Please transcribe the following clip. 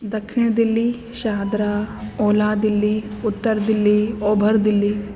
ॾखिण दिल्ली शाहदरा ओलह दिल्ली उतर दिल्ली ओभर दिल्ली